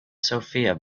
sophia